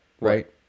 right